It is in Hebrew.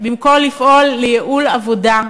במקום לפעול לייעול העבודה,